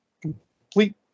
complete